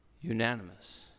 Unanimous